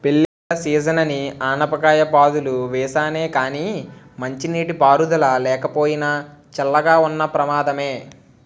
పెళ్ళిళ్ళ సీజనని ఆనపకాయ పాదులు వేసానే గానీ మంచినీటి పారుదల లేకపోయినా, చల్లగా ఉన్న ప్రమాదమే